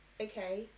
okay